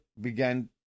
began